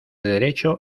derecho